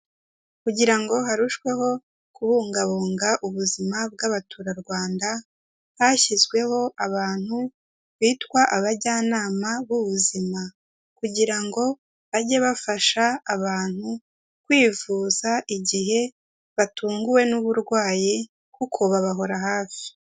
Kugira ngo harusheweho kubungabunga ubuzima bw'Abaturarwanda, hashyizweho abantu bitwa abajyanama b'ubuzima, kugira ngo bajye bafasha abantu kwivuza igihe batunguwe n'uburwayi, kuko babahora hafi.